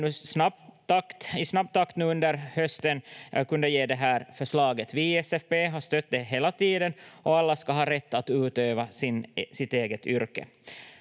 i snabb takt nu under hösten kunde ge det här förslaget. Vi i SFP har stött det hela tiden, och alla ska ha rätt att utöva sitt eget yrke.